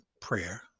prayer